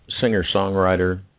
singer-songwriter